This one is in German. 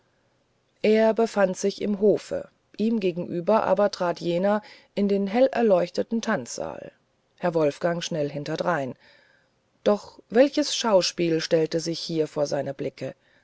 er befand sich im hofe ihm gegenüber aber trat jener in den hellerleuchteten tanzsaal herr wolfgang schnell hinterdrein doch welches schauspiel stellte sich hier vor seine blicke